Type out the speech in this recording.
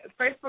Facebook